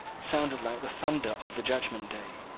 sounded like the thunder of the judgment day.